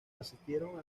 asistieron